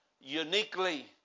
uniquely